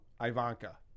Ivanka